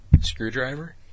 screwdriver